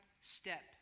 step